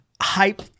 Hype